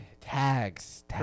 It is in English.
Tags